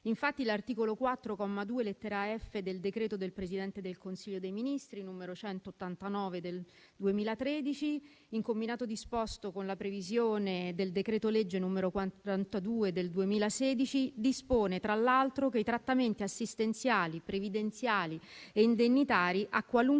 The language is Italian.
Infatti, l'articolo 4, comma 2, lettera *f)*, del decreto del Presidente del Consiglio dei ministri del 5 dicembre 2013, n. 159, in combinato disposto con la previsione del decreto-legge 29 marzo 2016, n. 42, dispone, tra l'altro, che i trattamenti assistenziali, previdenziali e indennitari a qualunque